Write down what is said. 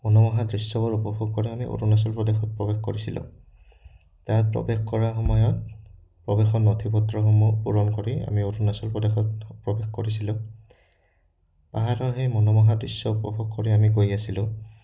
মনোমোহা দৃশ্যবোৰ উপভোগ কৰি আমি অৰুণাচল প্ৰদেশত প্ৰৱেশ কৰিছিলোঁ তাত প্ৰৱেশ কৰা সময়ত প্ৰৱেশৰ নথি পত্ৰসমূহ পূৰণ কৰি আমি অৰুণাচল প্ৰদেশত প্ৰৱেশ কৰিছিলোঁ পাহাৰৰ সেই মনোমোহা দৃশ্য উপভোগ কৰি আমি গৈ আছিলোঁ